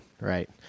right